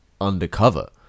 undercover